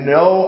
no